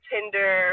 Tinder